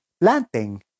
planting